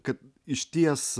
kad išties